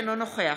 אינו נוכח